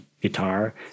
guitar